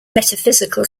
metaphysical